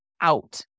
out